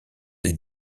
des